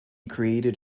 created